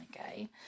Okay